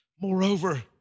Moreover